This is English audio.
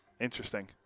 Interesting